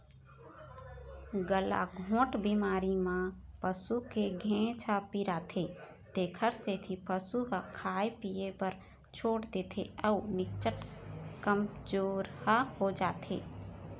गलाघोंट बेमारी म पसू के घेंच ह पिराथे तेखर सेती पशु ह खाए पिए बर छोड़ देथे अउ निच्चट कमजोरहा हो जाथे